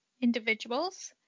individuals